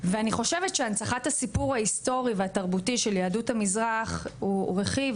ואני חושבת שהנצחת הסיפור ההיסטורי והתרבותי של יהדות המזרח הוא רכיב,